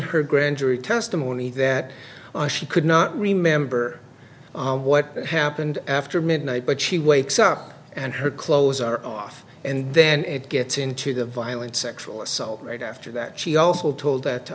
her grand jury testimony that she could not remember what happened after midnight but she wakes up and her clothes are off and then it gets into the violent sexual assault right after that she also told that